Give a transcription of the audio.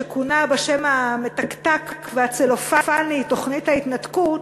שכונה בשם המתקתק והצלופני "תוכנית ההתנתקות",